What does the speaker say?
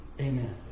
Amen